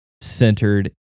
centered